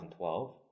2012